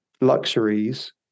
luxuries